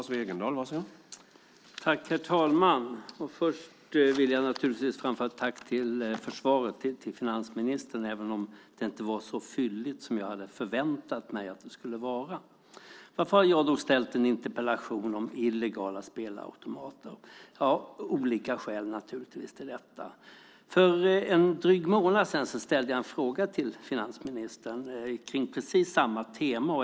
Herr talman! Först vill jag framföra ett tack för svaret till finansministern, även om det inte var så fylligt som jag hade förväntat mig att det skulle vara. Varför har jag då ställt en interpellation om illegala spelautomater? Det är av olika skäl. För en dryg månad sedan ställde jag en fråga till finansministern kring precis samma tema.